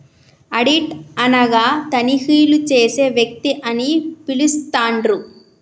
audit అనగా తనిఖీలు చేసే వ్యక్తి అని పిలుత్తండ్రు